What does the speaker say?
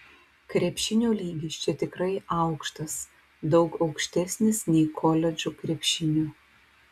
krepšinio lygis čia tikrai aukštas daug aukštesnis nei koledžų krepšinio